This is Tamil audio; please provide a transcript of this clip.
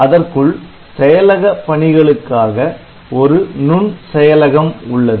அதற்குள் செயலக பணிகளுக்காக ஒரு நுண் செயலகம் உள்ளது